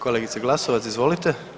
Kolegice Glasovac izvolite.